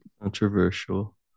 Controversial